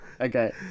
Okay